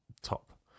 top